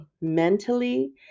mentally